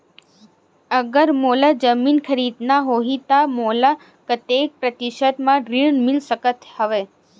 अगर मोला जमीन खरीदना होही त मोला कतेक प्रतिशत म ऋण मिल सकत हवय?